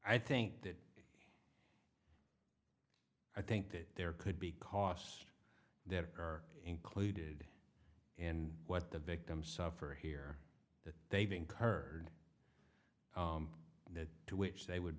i think that i think that there could be cost that are included in what the victims suffer here that they've incurred to which they would